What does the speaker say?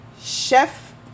Chef